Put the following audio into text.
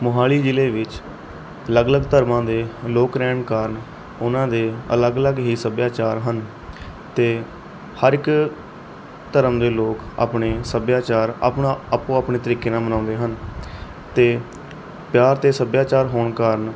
ਮੋਹਾਲੀ ਜ਼ਿਲ੍ਹੇ ਵਿੱਚ ਅਲੱਗ ਅਲੱਗ ਧਰਮਾਂ ਦੇ ਲੋਕ ਰਹਿਣ ਕਾਰਨ ਉਹਨਾਂ ਦੇ ਅਲੱਗ ਅਲੱਗ ਹੀ ਸੱਭਿਆਚਾਰ ਹਨ ਅਤੇ ਹਰ ਇੱਕ ਧਰਮ ਦੇ ਲੋਕ ਆਪਣੇ ਸੱਭਿਆਚਾਰ ਆਪਣਾ ਆਪੋ ਆਪਣੇ ਤਰੀਕੇ ਨਾਲ ਮਨਾਉਂਦੇ ਹਨ ਅਤੇ ਪਿਆਰ ਅਤੇ ਸੱਭਿਆਚਾਰ ਹੋਣ ਕਾਰਨ